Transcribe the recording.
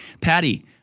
Patty